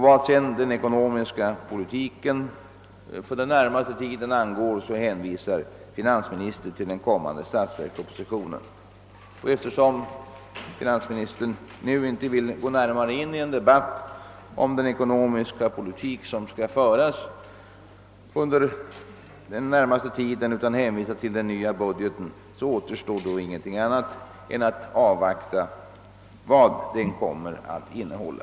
| Vad beträffar den ekonomiska politiken för den närmaste tiden hänvisar finansministern, som sagt, till den kommande statsverkspropositionen. Eftersom finansministern alltså inte vill gå närmare in i en debatt om den ekonomiska politik som skall föras under den närmaste tiden utan hänvisar till den nya budgeten, återstår ingenting annat än att avvakta vad den kommer att innehålla.